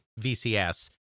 VCS